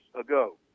ago